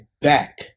back